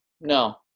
no